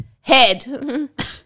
Head